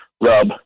rub